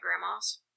grandma's